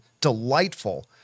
delightful